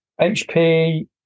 HP